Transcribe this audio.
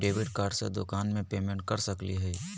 Debit card से दुकान में पेमेंट कर सकली हई?